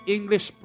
English